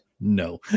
No